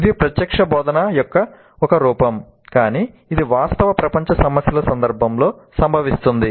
ఇది ప్రత్యక్ష బోధన యొక్క ఒక రూపం కానీ ఇది వాస్తవ ప్రపంచ సమస్యల సందర్భంలో సంభవిస్తుంది